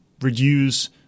reduce